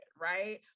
right